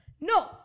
No